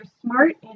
smart